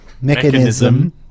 mechanism